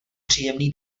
příjemný